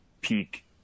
peak